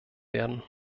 werden